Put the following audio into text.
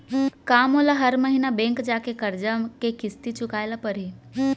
का मोला हर महीना बैंक जाके करजा के किस्ती चुकाए ल परहि?